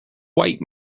white